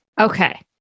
Okay